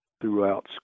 throughout